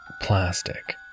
plastic